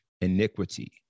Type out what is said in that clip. iniquity